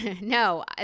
No